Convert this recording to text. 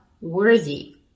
worthy